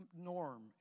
norm